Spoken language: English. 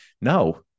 No